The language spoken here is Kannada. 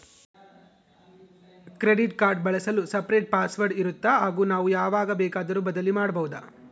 ಕ್ರೆಡಿಟ್ ಕಾರ್ಡ್ ಬಳಸಲು ಸಪರೇಟ್ ಪಾಸ್ ವರ್ಡ್ ಇರುತ್ತಾ ಹಾಗೂ ನಾವು ಯಾವಾಗ ಬೇಕಾದರೂ ಬದಲಿ ಮಾಡಬಹುದಾ?